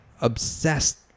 obsessed